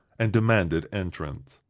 and demanded entrance.